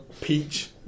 Peach